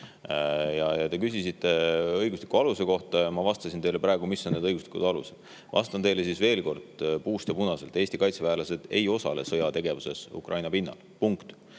Ja te küsisite õigusliku aluse kohta ja ma vastasin teile praegu, mis on need õiguslikud alused. Vastan teile siis veel kord puust ja punaselt: Eesti kaitseväelased ei osale sõjategevuses Ukraina pinnal. Punkt!